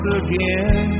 again